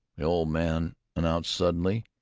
the old man announced suddenly,